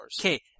Okay